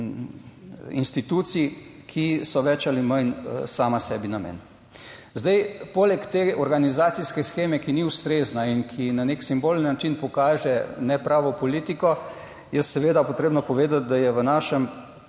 institucij, ki so več ali manj sama sebi namen. Zdaj, poleg te organizacijske sheme, ki ni ustrezna in ki na nek simbolen način pokaže nepravo politiko, je seveda potrebno povedati, da je v našem